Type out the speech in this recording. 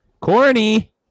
Corny